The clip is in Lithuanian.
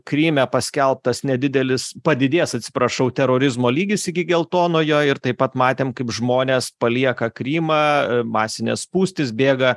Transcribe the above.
kryme paskelbtas nedidelis padidėjęs atsiprašau terorizmo lygis iki geltonojo ir taip pat matėm kaip žmonės palieka krymą masinės spūstys bėga